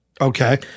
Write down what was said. Okay